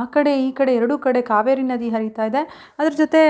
ಆ ಕಡೆ ಈ ಕಡೆ ಎರಡೂ ಕಡೆ ಕಾವೇರಿ ನದಿ ಹರಿತಾ ಇದೆ ಅದ್ರ ಜೊತೆ